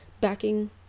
backing